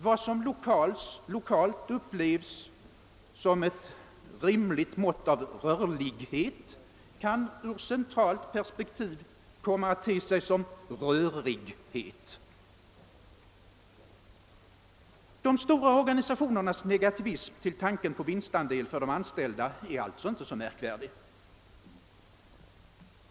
Vad som lokalt uppfattas som ett rimligt mått av rörlighet kan ur centralt perspektiv komma att te sig som rörighet. De stora organisationernas negativism till tanken på vinstandel för de anställda är alltså inte så märkvärdig.